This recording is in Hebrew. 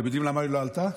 אתם יודעים למה היא לא עלתה?